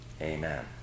Amen